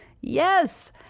Yes